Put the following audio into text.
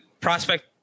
prospect